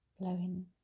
blowing